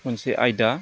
मोनसे आयदा